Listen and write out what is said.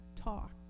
talk